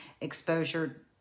exposure